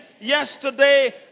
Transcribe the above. yesterday